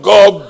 God